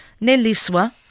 Neliswa